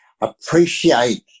Appreciate